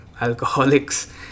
alcoholics